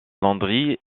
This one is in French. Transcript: landry